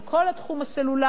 עם כל התחום הסלולרי,